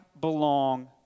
belong